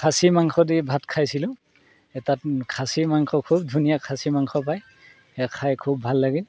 খাছী মাংস দি ভাত খাইছিলোঁ এই তাত খাছী মাংস খুব ধুনীয়া খাছী মাংস পায় সেয়া খাই খুব ভাল লাগিল